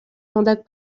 mandat